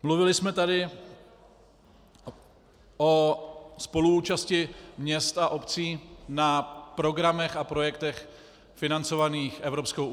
Mluvili jsme tady o spoluúčasti měst a obcí na programech a projektech financovaných Evropskou unií.